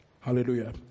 Hallelujah